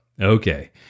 okay